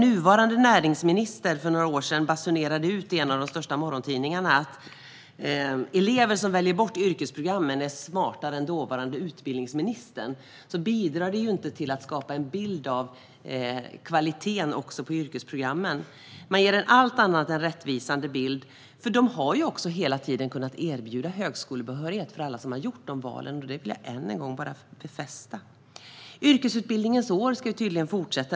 Nuvarande näringsministern basunerade för några år sedan ut i en av de största morgontidningarna att elever som valde bort yrkesprogrammen var smartare än dåvarande utbildningsministern. Det bidrog inte till att skapa en bild av kvaliteten på yrkesprogrammen. Det gav en allt annat än rättvisande bild. De programmen har nämligen hela tiden kunnat erbjuda högskolebehörighet för alla som har gjort sådana val. Det vill jag befästa än en gång. Yrkesutbildningens år ska tydligen fortsätta.